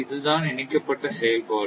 இதுதான் இணைக்கப்பட்ட செயல்பாடு